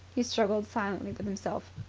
he struggled silently with himself.